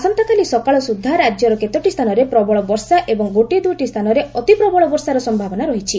ଆସନ୍ତାକାଲି ସୁଦ୍ଧା ରାଜ୍ୟର କେତୋଟି ସ୍ତାନରେ ପ୍ରବଳ ବର୍ଷା ଏବଂ ଗୋଟିଏ ଦୁଇଟି ସ୍ତାନରେ ଅତି ପ୍ରବଳ ବର୍ଷାର ସ୍ୟାବନା ରହିଛି